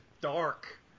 dark